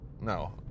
no